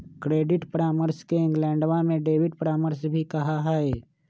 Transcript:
credit परामर्श के इंग्लैंडवा में डेबिट परामर्श भी कहा हई